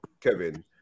Kevin